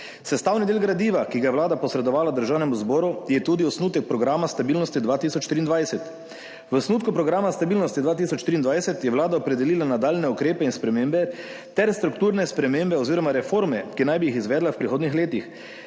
Sestavni del gradiva, ki ga je Vlada posredovala Državnemu zboru je tudi osnutek programa stabilnosti 2023. V osnutku programa stabilnosti 2023 je Vlada opredelila nadaljnje ukrepe in spremembe ter strukturne spremembe oziroma reforme, ki naj bi jih izvedla v prihodnjih letih,